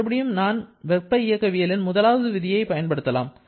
மறுபடியும் நாம் வெப்ப இயக்கவியலின் முதலாவது விதியை பயன்படுத்தலாம்